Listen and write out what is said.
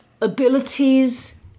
abilities